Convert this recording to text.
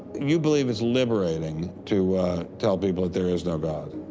you believe it's liberating to tell people that there is no god.